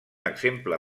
exemple